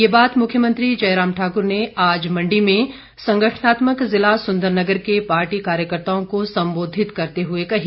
ये बात मुख्यमंत्री जयराम ठाकुर ने आज मंडी में संगठनात्मक ज़िला सुंदरनगर के पार्टी कार्यकर्ताओं को संबोधित करते हुए कही